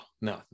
no